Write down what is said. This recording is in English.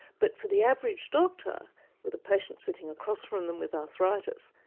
but for the average doctor with a patient sitting across from them with arthritis,